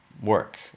work